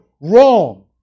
wrong